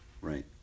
right